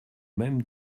même